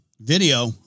video